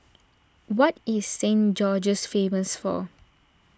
what is Saint George's famous for